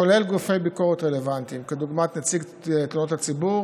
כולל גופי ביקורת רלוונטיים דוגמת נציב תלונות הציבור